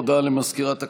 הודעה למזכירת הכנסת,